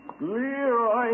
Leroy